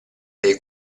dei